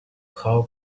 how